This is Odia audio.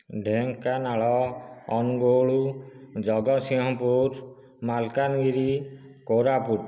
ଢେଙ୍କାନାଳ ଅନୁଗୁଳ ଜଗତସିଂହପୁର ମାଲକାନଗିରି କୋରାପୁଟ